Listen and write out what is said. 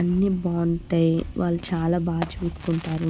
అన్నీ బాగుంటాయి వాళ్ళు చాలా బాగా చూసుకుంటారు